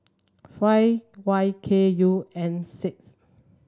five Y K U N six